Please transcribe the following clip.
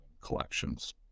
collections